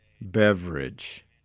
beverage